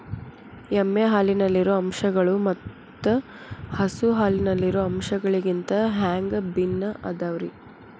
ಎಮ್ಮೆ ಹಾಲಿನಲ್ಲಿರೋ ಅಂಶಗಳು ಮತ್ತ ಹಸು ಹಾಲಿನಲ್ಲಿರೋ ಅಂಶಗಳಿಗಿಂತ ಹ್ಯಾಂಗ ಭಿನ್ನ ಅದಾವ್ರಿ?